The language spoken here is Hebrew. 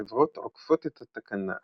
חברות עוקפות את התקנה,